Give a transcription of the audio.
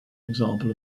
example